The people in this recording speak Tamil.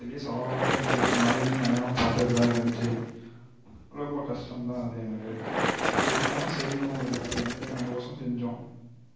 பெரிய சவாலாகதான் இருந்துச்சு மழையில் நனையாமல் பார்த்துக்கிறதா இருந்துச்சு ரொம்ப கஷ்டந்தான் அது எனக்கு இருந்தாலும் செய்யணும் ஒரு ஜாலி என்டர்டெயின்மென்ட்கொசொரம் செஞ்சோம்